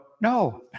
No